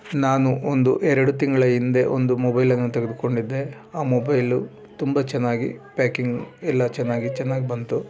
ನಾನು ಒಂದು ಎರಡು ತಿಂಗಳ ಹಿಂದೆ ಒಂದು ಮೊಬೈಲನ್ನು ತೆಗೆದುಕೊಂಡಿದ್ದೆ ಆ ಮೊಬೈಲು ತುಂಬ ಚೆನ್ನಾಗಿ ಪ್ಯಾಕಿಂಗ್ ಎಲ್ಲ ಚೆನ್ನಾಗಿ ಚೆನ್ನಾಗಿ ಬಂತು